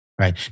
Right